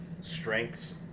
strengths